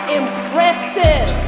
impressive